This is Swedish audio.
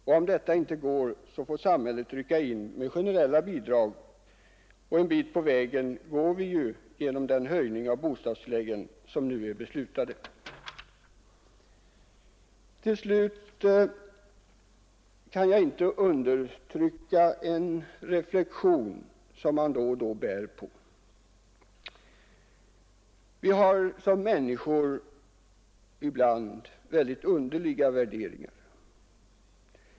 Om detta inte går får samhället rycka in med generella bidrag, och en bit på vägen har vi ju kommit genom den höjning av bostadstilläggen som nu är beslutad. Till slut kan jag inte undertrycka en reflexion som man då och då bär på. Vi har som människor ibland väldigt underliga värderingar.